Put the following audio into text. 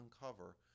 uncover